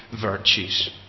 virtues